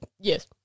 yes